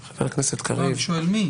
אני רק שואל מי.